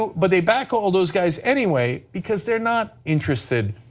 but they back all those guys anyway because they are not interested